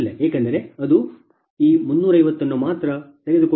ಏಕೆಂದರೆ ಅದು ಮಿತಿಯನ್ನು ಉಲ್ಲಂಘಿಸುತ್ತಿದೆ ಈ 350 ಅನ್ನು ಮಾತ್ರ ತೆಗೆದುಕೊಳ್ಳುವ